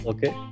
Okay